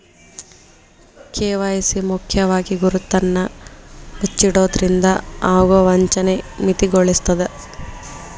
KYC ಮುಖ್ಯವಾಗಿ ಗುರುತನ್ನ ಮುಚ್ಚಿಡೊದ್ರಿಂದ ಆಗೊ ವಂಚನಿ ಮಿತಿಗೊಳಿಸ್ತದ